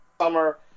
summer